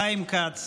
חיים כץ,